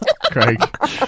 Craig